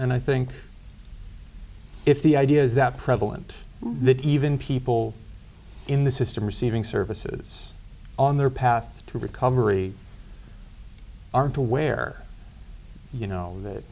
and i think if the idea is that prevalent that even people in the system receiving services on their path to recovery aren't aware you know that